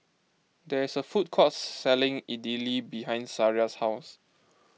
there is a food court selling Idili behind Sariah's house